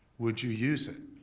would you use it?